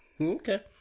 Okay